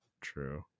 true